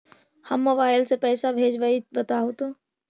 हम मोबाईल से पईसा भेजबई बताहु तो?